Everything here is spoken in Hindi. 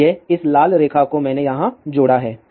इसलिए इस लाल रेखा को मैंने यहां जोड़ा है